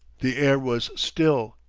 the air was still,